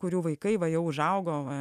kurių vaikai va jau užaugo